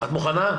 את מוכנה?